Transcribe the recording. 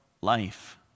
life